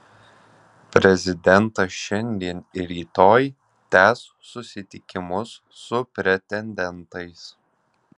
prezidentas šiandien ir rytoj tęs susitikimus su pretendentais